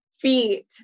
feet